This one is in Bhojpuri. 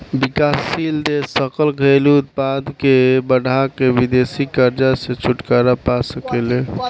विकासशील देश सकल घरेलू उत्पाद के बढ़ा के विदेशी कर्जा से छुटकारा पा सके ले